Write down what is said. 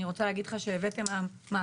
אני רוצה להגיד לך שהבאתם מהפיכה.